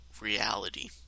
reality